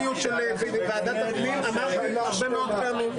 אנחנו חוזרים לדיון.